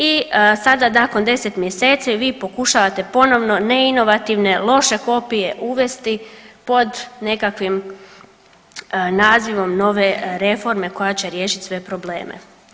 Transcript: I sada nakon 10 mjeseci vi pokušavate ponovno neinovativne, loše kopije uvesti pod nekakvim nazivom nove reforme koja će riješiti sve probleme.